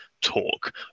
talk